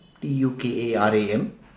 T-U-K-A-R-A-M